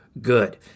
Good